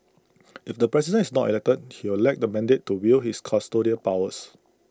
if the president is not elected he will lack the mandate to wield his custodial powers